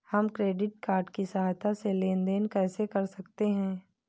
हम credit card की सहायता से लेन देन कैसे कर सकते हैं?